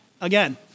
again